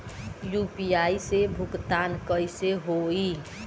UPI से भुगतान कइसे होहीं?